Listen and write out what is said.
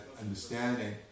understanding